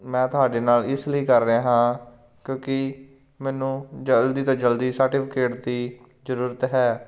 ਮੈਂ ਤੁਹਾਡੇ ਨਾਲ ਇਸ ਲਈ ਕਰ ਰਿਹਾ ਹਾਂ ਕਿਉਂਕੀ ਮੈਨੂੰ ਜਲਦੀ ਤੋਂ ਜਲਦੀ ਸਰਟੀਫਿਕੇਟ ਦੀ ਜ਼ਰੂਰਤ ਹੈ